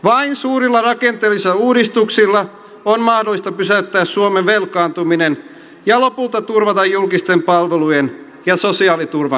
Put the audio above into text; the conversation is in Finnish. vain suurilla rakenteellisilla uudistuksilla on mahdollista pysäyttää suomen velkaantuminen ja lopulta turvata julkisten palvelujen ja sosiaaliturvan rahoitus